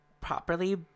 properly